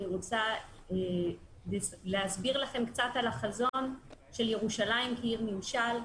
אני רוצה להסביר לכם קצת על החזון של ירושלים כעיר ממשל.